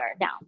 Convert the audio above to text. down